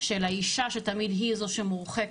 של האישה שתמיד היא זו שמורחקת,